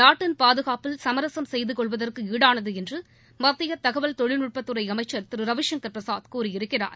நாட்டின் பாதுகாப்பில் சமரசம் செய்து கொள்வதற்கு ஈடானது என்று மத்திய தகவல் தொழில்நுட்பத்துறை அமைச்சர் திரு ரவிசங்கர் பிரசாத் கூறியிருக்கிறார்